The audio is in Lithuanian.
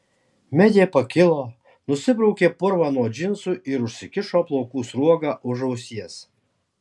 medė pakilo nusibraukė purvą nuo džinsų ir užsikišo plaukų sruogą už ausies